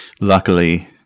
luckily